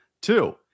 Two